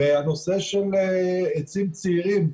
הנושא של עצים צעירים.